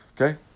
okay